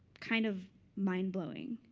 kind of mind-blowing.